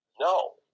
No